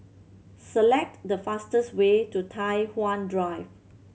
select the fastest way to Tai Hwan Drive